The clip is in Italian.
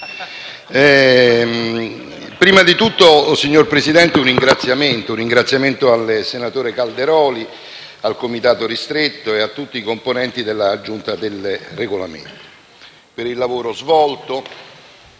Prima di tutto, signor Presidente, vorrei rivolgere un ringraziamento al senatore Calderoli, al Comitato ristretto e a tutti i componenti della Giunta per il Regolamento per il lavoro svolto,